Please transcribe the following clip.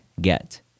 get